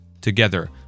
together